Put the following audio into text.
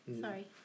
Sorry